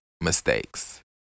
mistakes